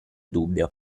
dubbio